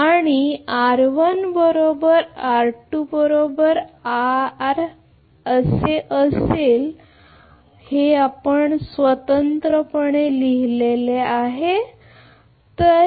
म्हणून जर आपण स्वतंत्रपणे लिहिले तर काय होईल